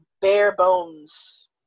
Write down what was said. bare-bones